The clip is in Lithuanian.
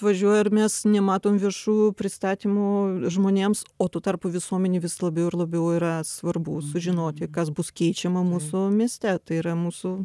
važiuoja ir mes nematom viešų pristatymų žmonėms o tuo tarpu visuomenei vis labiau ir labiau yra svarbu sužinoti kas bus keičiama mūsų mieste tai yra mūsų